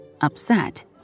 Upset